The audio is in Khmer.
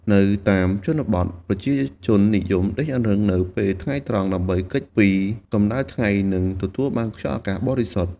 នៅតាមជនបទ ប្រជាជននិយមដេកអង្រឹងនៅពេលថ្ងៃត្រង់ ដើម្បីគេចពីកម្ដៅថ្ងៃ និងទទួលបានខ្យល់អាកាសបរិសុទ្ធ។